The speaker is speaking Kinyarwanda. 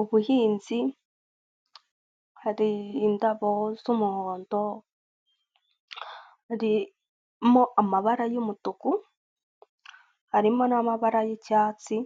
Ubuhinzi hari indabo z'umuhondo haririmo amabara y'umutuku, harimo n'amabara y'icyatsi,